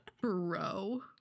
Bro